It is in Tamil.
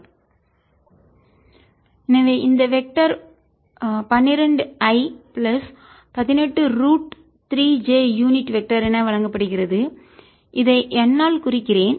fxy36 fxyx∂xy∂yz∂zfxy8xi18yj fxy|32312i183j எனவே இந்த vector 12 i plus 18 root 3 j unit vector என வழங்கப்படுகிறது இதை n ஆல் குறிக்கிறேன்